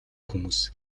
хүмүүс